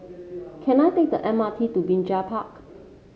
can I take the M R T to Binjai Park